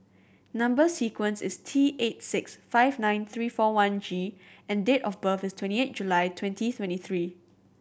number sequence is T eight six five nine three four one G and date of birth is twenty eight July twenty twenty three